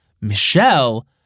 Michelle